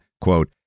quote